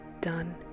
done